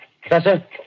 Professor